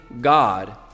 God